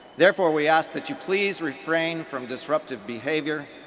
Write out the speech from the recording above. therefore we ask that you please refrain from disruptive behavior,